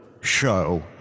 show